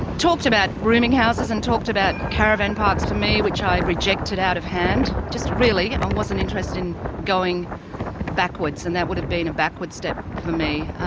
talked about rooming houses and talked about caravan parks for me, which i rejected out of hand, just really i and wasn't interested in going backwards, and that would have been a backward step for me.